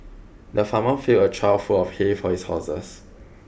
the farmer filled a trough full of hay for his horses